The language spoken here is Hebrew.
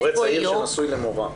הורה צעיר שנשוי למורה.